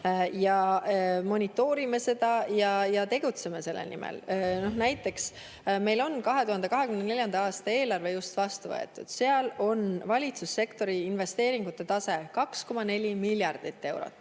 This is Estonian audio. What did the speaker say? me monitoorime seda ja tegutseme selle nimel. Näiteks 2024. aasta eelarves, mis on just vastu võetud, on valitsussektori investeeringute tase 2,4 miljardit eurot.